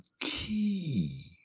key